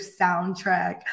soundtrack